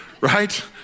right